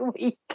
week